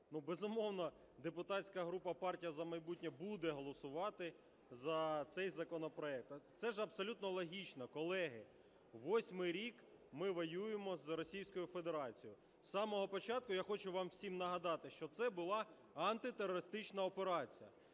Безумовно, депутатська група "Партія "За майбутнє" буде голосувати за цей законопроект, це ж абсолютно логічно. Колеги, восьмий рік ми воюємо з Російською Федерацією. З самого початку, я хочу вам всім нагадати, що це була антитерористична операція,